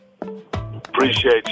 Appreciate